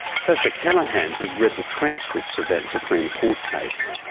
sascha callaghan has read the transcripts of that supreme court case.